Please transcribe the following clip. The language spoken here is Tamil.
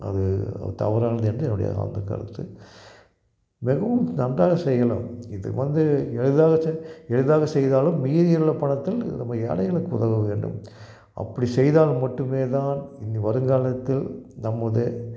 அது தவறானது என்று என்னுடைய ஆழ்ந்த கருத்து மிகவும் நன்றாக செய்யணும் இது வந்து எளிதாக செய்ய எளிதாக செய்தாலும் மீதி உள்ள பணத்தில் இது நம்ம ஏழைகளுக்கு உதவ வேண்டும் அப்படி செய்தால் மட்டுமே தான் இனி வருங்காலத்தில் நம்ம